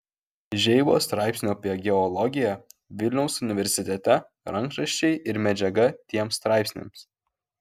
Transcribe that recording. žeibos straipsnių apie geologiją vilniaus universitete rankraščiai ir medžiaga tiems straipsniams